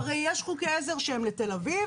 הרי יש חוקי עזר שהם לתל אביב,